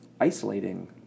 isolating